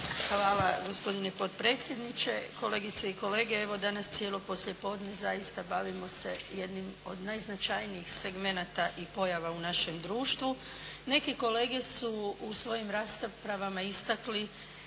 Hvala gospodine potpredsjedniče. Kolegice i kolege evo danas cijelo poslijepodne zaista bavimo se jednim od najznačajnijih segmenata i pojava u našem društvu. Neki kolege su u svojim raspravama istakli